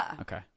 Okay